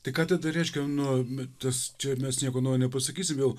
tai ką tada reiškia nu tas čia mes nieko naujo nepasakysim vėl